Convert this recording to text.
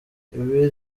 ibi